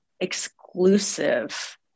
exclusive